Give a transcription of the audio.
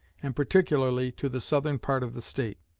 and particularly to the southern part of the state.